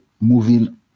moving